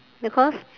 because